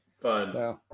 Fun